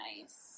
nice